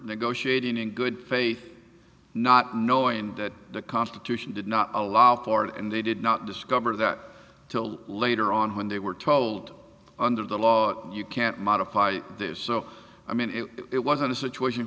negotiating in good faith not knowing that the constitution did not allow for it and they did not discover that till later on when they were told under the law you can't modify this so i mean it wasn't a situation